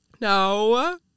No